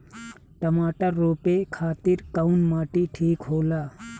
टमाटर रोपे खातीर कउन माटी ठीक होला?